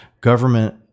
government